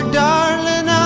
darling